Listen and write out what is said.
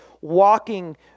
walking